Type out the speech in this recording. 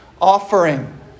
offering